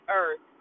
earth